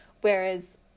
Whereas